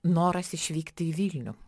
noras išvykti į vilnių